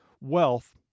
Wealth